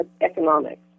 economics